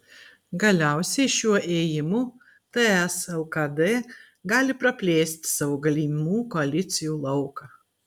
galiausiai šiuo ėjimu ts lkd gali praplėsti savo galimų koalicijų lauką